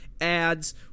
ads